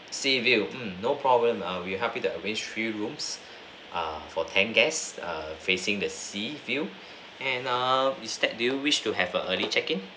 seaview mm no problem um we will help you to arrange three rooms uh for ten guests err facing the sea view and err is that do you wish to have a early check in